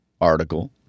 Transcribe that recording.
article